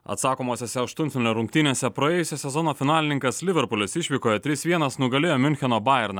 atsakomosiose aštuntfinalio rungtynėse praėjusio sezono finalininkas liverpulis išvykoje trys vienas nugalėjo miuncheno bajerną